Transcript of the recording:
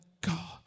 God